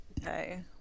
Okay